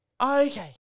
Okay